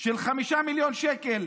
של 5 מיליון שקל,